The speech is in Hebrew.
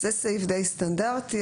זה סעיף די סטנדרטי.